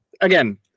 again